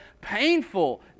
painful